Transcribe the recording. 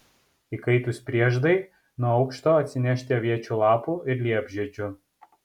įkaitus prieždai nuo aukšto atsinešti aviečių lapų ir liepžiedžių